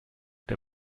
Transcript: der